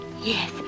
Yes